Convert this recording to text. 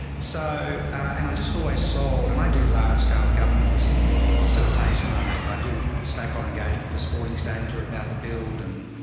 so and i just always sold and i do large scale government facilitation. i, i do stakeholder engagement for sporting stay into about the build. and